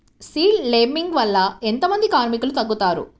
Seed లేంబింగ్ వల్ల ఎంత మంది కార్మికులు తగ్గుతారు?